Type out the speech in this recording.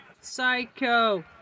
psycho